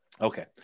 Okay